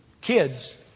Kids